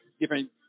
different